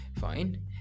Fine